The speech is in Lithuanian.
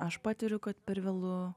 aš patiriu kad per vėlu